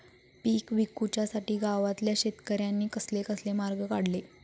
पीक विकुच्यासाठी गावातल्या शेतकऱ्यांनी कसले कसले मार्ग काढले?